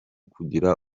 kugira